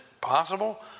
possible